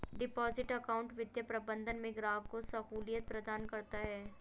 deposit account वित्तीय प्रबंधन में ग्राहक को सहूलियत प्रदान करता है